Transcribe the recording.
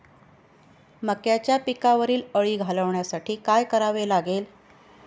मक्याच्या पिकावरील अळी घालवण्यासाठी काय करावे लागेल?